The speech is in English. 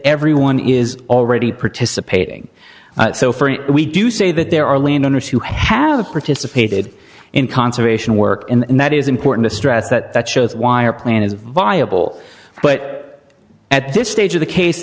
everyone is already participating so for we do say that there are land owners who have participated in conservation work and that is important to stress that that shows why our plan is viable but at this stage of the case